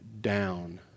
down